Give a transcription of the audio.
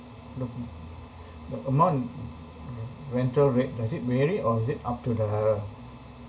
the the amount re~ rental rate does it vary or is it up to the